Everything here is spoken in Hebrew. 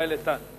מיכאל איתן.